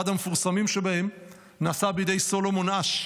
אחד המפורסמים שבהם נעשה בידי סולומון אש.